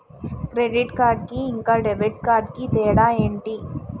Credit card కి ఇంకా debit card కి తేడా ఏంటి?